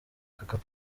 akazi